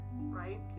Right